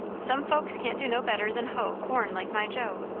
some folks can't do no better than hoe corn like my joe.